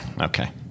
okay